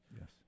yes